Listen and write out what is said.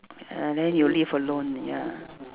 ah then you live alone ya